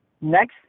Next